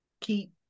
keep